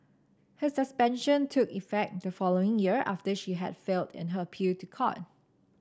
her suspension took effect the following year after she had failed in her appeal to a court